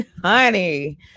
Honey